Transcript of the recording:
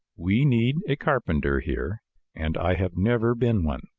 we need a carpenter here and i have never been one.